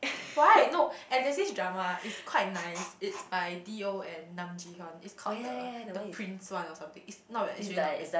why no and there's this drama it's quite nice it's by D_O and Nam-Ji-Hyun is called the the prince one or something it's not bad is really not bad